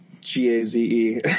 G-A-Z-E